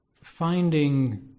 finding